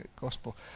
Gospel